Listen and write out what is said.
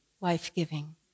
life-giving